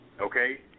okay